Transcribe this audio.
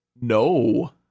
No